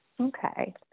Okay